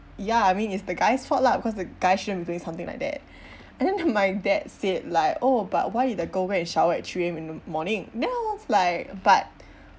ya I mean it's the guy's fault lah because the guy shouldn't be doing something like that and then my dad said like oh but why the girl go and shower at three AM in the morning then I was like but